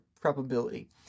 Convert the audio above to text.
probability